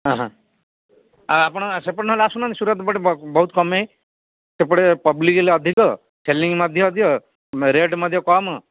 ହଁ ହଁ ଆଉ ଆପଣ ସେପଟେ ନହେଲେ ଆସୁ ନାହାନ୍ତି ସୁରଟ ପଟେ ବହୁତ କମେଇ ସେପଟେ ପବ୍ଲିକ ହେଲେ ଅଧିକ ସେଲିଂ ମଧ୍ୟ ଅଧିକ ରେଟ୍ ମଧ୍ୟ କମ